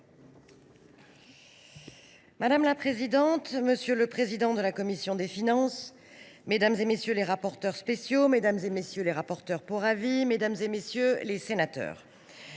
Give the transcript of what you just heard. Madame la présidente, monsieur le président de la commission des finances, madame, monsieur les rapporteurs spéciaux, mesdames, messieurs les rapporteurs pour avis, mesdames, messieurs les sénateurs,